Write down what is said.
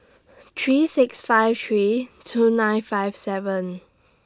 three six five three two nine five seven